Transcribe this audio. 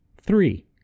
Three